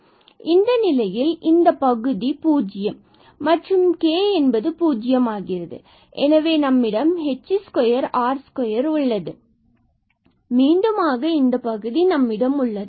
எனவே இந்த நிலையில் இந்தப் பகுதி பூஜ்ஜியம் மற்றும் இங்கு k பூஜ்ஜியம் ஆகிறது எனவே நம்மிடம் h2 r2உள்ளது எனவே மீண்டுமாக இந்த பகுதி h2 r2 உள்ளது